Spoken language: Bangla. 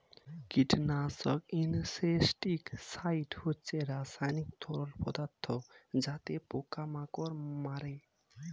কীটনাশক ইনসেক্টিসাইড হচ্ছে রাসায়নিক তরল পদার্থ যাতে পোকা মাকড় মারে